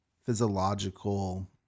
physiological